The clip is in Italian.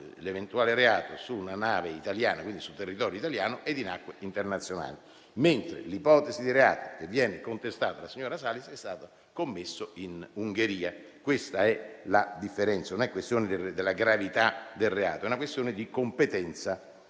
indiano, ma su una nave italiana, e quindi sul territorio italiano, e in acque internazionali. Diversamente, l'ipotetico reato che viene contestato alla signora Salis è stato commesso in Ungheria. Questa è la differenza: non è questione di gravità del reato, ma è questione di competenza